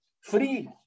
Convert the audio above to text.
Free